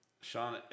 Sean